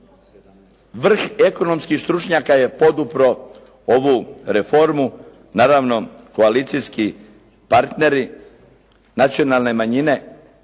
Vrh ekonomskih stručnjaka je podupro ovu reformu, naravno koalicijski partneri, nacionalne manjine